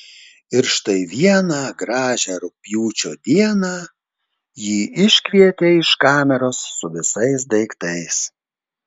ir štai vieną gražią rugpjūčio dieną jį iškvietė iš kameros su visais daiktais